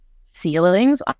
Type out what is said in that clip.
ceilings